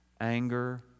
anger